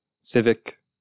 civic